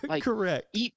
correct